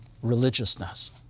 religiousness